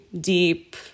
deep